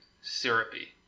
syrupy